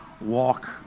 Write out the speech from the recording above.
walk